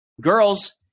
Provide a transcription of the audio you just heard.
girls